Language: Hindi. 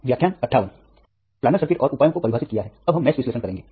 हमने प्लानर सर्किट और उपायों को परिभाषित किया है अब हम मेष विश्लेषण करेंगे